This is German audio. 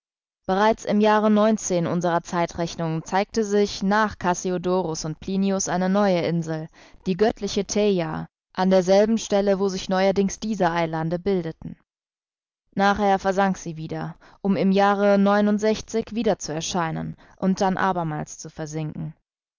bereits im jahre neunzehn unserer zeitrechnung zeigte sich nach cassiodorus und plinius eine neue insel die göttliche theia an derselben stelle wo sich neuerdings diese eilande bildeten nachher versank sie wieder um im jahre neunundsechzig wieder zu erscheinen und dann abermals zu versinken